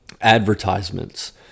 advertisements